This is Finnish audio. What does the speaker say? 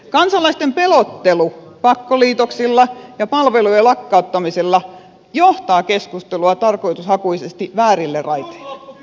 kansalaisten pelottelu pakkoliitoksilla ja palvelujen lakkauttamisella johtaa keskustelua tarkoitushakuisesti väärille raiteille